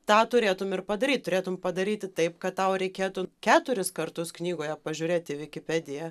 tą turėtum ir padaryt turėtum padaryti taip kad tau reikėtų keturis kartus knygoje pažiūrėt į vikipediją